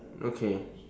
okay